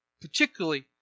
particularly